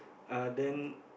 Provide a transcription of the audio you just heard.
uh then